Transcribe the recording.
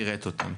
פירט אותן.